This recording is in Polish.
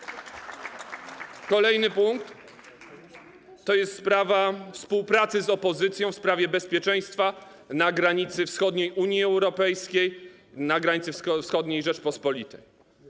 Kolejny punkt to jest współpraca z opozycją w sprawie bezpieczeństwa na granicy wschodniej Unii Europejskiej, na granicy wschodniej Rzeczypospolitej.